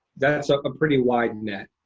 that's ah a pretty wide net.